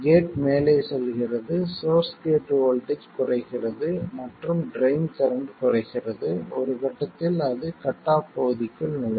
gate மேலே செல்கிறது source gate voltage குறைகிறது மற்றும் ட்ரைன் கரண்ட் குறைகிறது ஒரு கட்டத்தில் அது கட் ஆஃப் பகுதிக்குள் நுழையும்